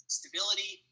stability